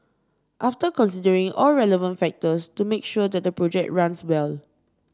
after considering all relevant factors to make sure that the project runs well